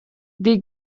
die